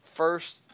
First